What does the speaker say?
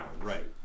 right